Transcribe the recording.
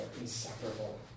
inseparable